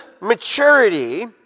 maturity